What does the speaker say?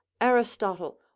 Aristotle